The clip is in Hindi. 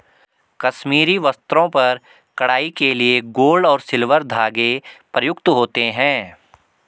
कश्मीरी वस्त्रों पर कढ़ाई के लिए गोल्ड और सिल्वर धागे प्रयुक्त होते हैं